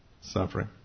suffering